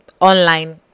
online